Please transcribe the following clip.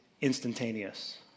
instantaneous